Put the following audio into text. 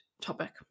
topic